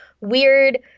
weird